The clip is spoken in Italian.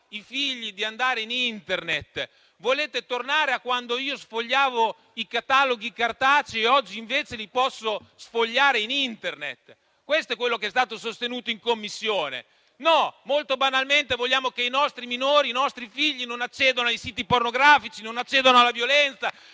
libertà di andare in Internet e tornare a quando lui sfogliava i cataloghi cartacei, mentre oggi li può sfogliare in Internet. Questo è quello che è stato sostenuto in Commissione. No, molto banalmente vogliamo che i nostri minori e i nostri figli non accedano ai siti pornografici e alla violenza